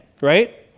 right